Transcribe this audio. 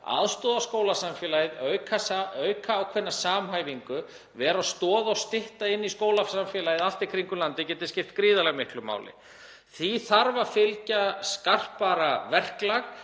aðstoða skólasamfélagið, auka ákveðna samhæfingu og vera stoð og stytta inn í skólasamfélagið allt í kringum landið og geti skipt gríðarlega miklu máli. Þessu þarf að fylgja skarpara verklag